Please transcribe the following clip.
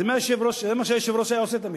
זה מה שהיושב-ראש היה עושה תמיד,